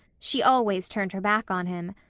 she always turned her back on him.